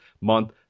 month